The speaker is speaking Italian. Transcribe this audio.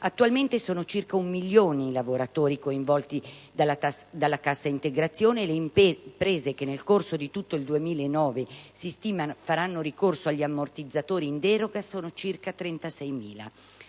Attualmente sono circa un milione i lavoratori coinvolti dalla cassa integrazione e le imprese che nel corso di tutto il 2009 si stima faranno ricorso agli ammortizzatori in deroga sono circa 36.000.